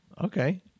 okay